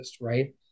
right